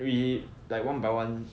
we like one by one